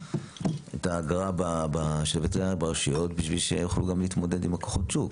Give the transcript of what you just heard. את האגרה של הווטרינרים ברשויות בשביל שיוכלו להתמודד גם עם כוחות השוק,